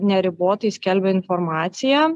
neribotai skelbia informaciją